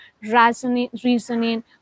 reasoning